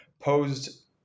posed